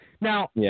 Now